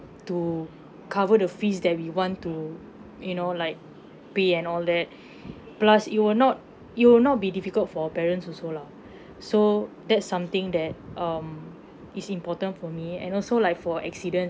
to cover the fees that we want to you know like pay and all that plus it'll not it'll not be difficult for our parents also lah so that's something that um is important for me and also like for accidents